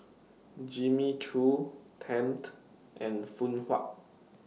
Jimmy Choo Tempt and Phoon Huat